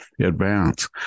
advance